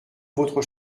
votre